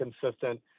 consistent